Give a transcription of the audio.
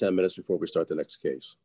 ten minutes before we start the next case